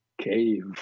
cave